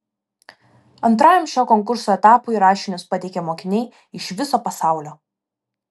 antrajam šio konkurso etapui rašinius pateikia mokiniai iš viso pasaulio